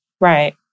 Right